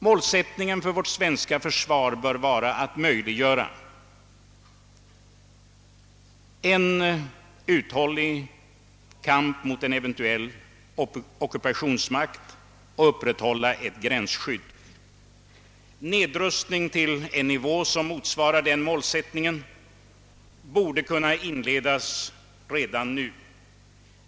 Målsättningen för vårt svenska försvar bör vara att möjliggöra en uthållig kamp mot en eventuell ockupationsmakt och att upprätthålla ett gränsskydd. Nedrustning till en nivå som motsvarar den målsättningen borde kunna inledas redan nu.